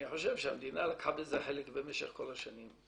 אני חושב שהמדינה לקחה בזה חלק במשך כל השנים.